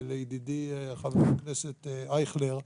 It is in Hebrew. ולידידי חה"כ אייכלר,